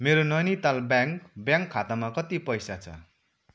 मेरो नैनिताल ब्याङ्क खातामा कति पैसा छ